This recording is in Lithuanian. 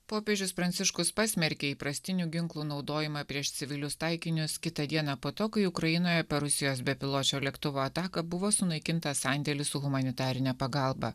popiežius pranciškus pasmerkė įprastinių ginklų naudojimą prieš civilius taikinius kitą dieną po to kai ukrainoje per rusijos bepiločio lėktuvo ataką buvo sunaikintas sandėlis su humanitarine pagalba